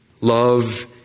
Love